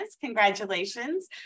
congratulations